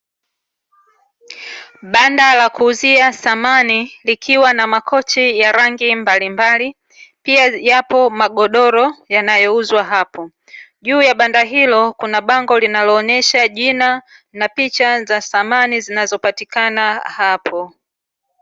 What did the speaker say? Banda la kuuzia samani, likiwa na makochi ya rangi mbalimbali, pia yapo magodoro yanayouzwa hapo. Juu ya banda hilo kuna bango linaloonesha jina na picha za samani zinazopatikana hapo.